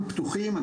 אנחנו פתוחים,